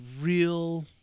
real